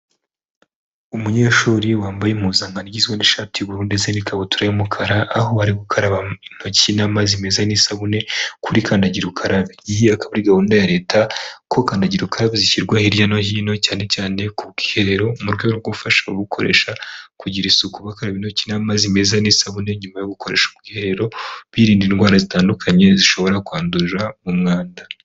Umunyeshuri wambaye impuzankanogi igizwe n'ishatibururu ndetse n'ikabutura y'umukara aho ari gukaraba intoki n'amazi meza n'isabune kuri kandagirukarabe yika kuri gahunda ya leta gukandagira kab zishyirwa hirya no hino cyane cyane ku bwiherero mu rwego rwo gufasha gukoresha kugira isuku ba bakaba intoki n'amazi meza n'isabune nyuma yo gukoresha ubwiherero birinda indwara zitandukanye zishobora kwandurira mu mwanda.